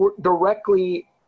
directly